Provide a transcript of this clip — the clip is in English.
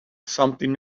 something